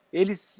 eles